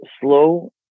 slow